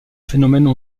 phénomènes